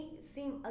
seem